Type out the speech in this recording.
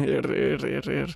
ir ir ir ir